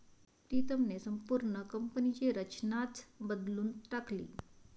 प्रीतमने संपूर्ण कंपनीची रचनाच बदलून टाकली